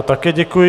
Také děkuji.